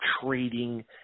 trading